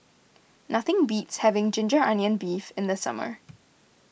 nothing beats having Ginger Onions Beef in the summer